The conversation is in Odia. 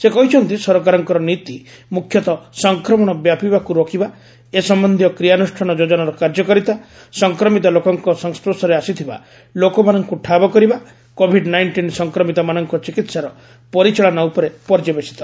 ସେ କହିଛନ୍ତି ସରକାରଙ୍କ ନୀତି ମୁଖ୍ୟତଃ ସଂକ୍ରମଣ ବ୍ୟାପିବାକୁ ରୋକିବା ଏ ସମ୍ଭନ୍ଧୀୟ କ୍ରିୟାନୁଷ୍ଠାନ ଯୋଜନାର କାର୍ଯ୍ୟକାରିତା ସଂକ୍ରମିତ ଲୋକଙ୍କ ସଂସ୍ୱର୍ଶରେ ଆସିଥିବା ଲୋକମାନଙ୍କୁ ଠାବ କରିବା କୋଭିଡ୍ ନାଇଷ୍ଟିନ୍ ସଂକ୍ରମିତମାନଙ୍କ ଚିକିହାର ପରିଚାଳନା ଉପରେ ପର୍ଯ୍ୟବେଶିତ